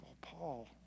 Paul